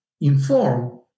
inform